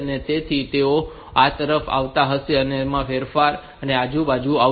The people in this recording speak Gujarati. તેથી તેઓ આ તરફ આવતા હશે તેઓ ફેરવાશે અને આ બાજુ આવશે